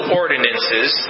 ordinances